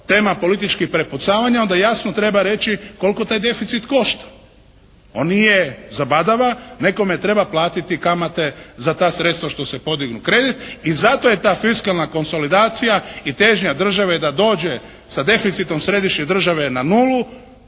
tema političkih prepucavanja onda jasno treba reći koliko taj deficit košta? On nije zabadava. Nekome treba platiti kamate za ta sredstva što se podignu, kredit. I zato je ta fiskalna konsolidacija i težnja države da dođe sa deficitom središnje države na nulu.